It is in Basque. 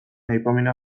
aipamena